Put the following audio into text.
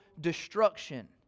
destruction